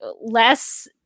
less